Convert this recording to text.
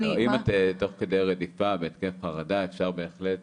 לא, אם את תוך כדי רדיפה ובהתקף חרדה אפשר בהחלט